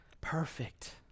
perfect